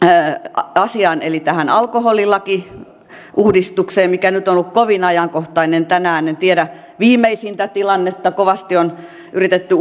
asiaan eli tähän alkoholilakiuudistukseen mikä nyt on ollut kovin ajankohtainen tänään en tiedä viimeisintä tilannetta kovasti on yritetty